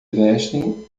vestem